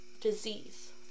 disease